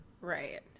Right